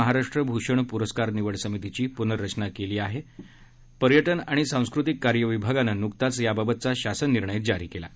महाराष्ट्र भूषण प्रस्कार निवड समितीची प्नर्रचना करण्यात आली असून पर्यटन आणि सांस्कृतिक कार्य विभागानं नुकताच याबाबतचा शासन निर्णय जारी केला आहे